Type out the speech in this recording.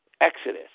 Exodus